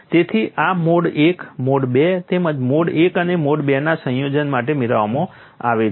તેથી આ mode I mode II તેમજ મોડ I અને મોડ II ના સંયોજન માટે મેળવવામાં આવે છે